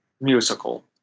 musical